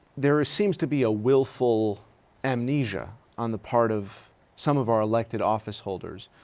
there ah seems to be a willful amnesia on the part of some of our elected office holders,